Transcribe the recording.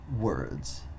words